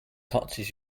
touches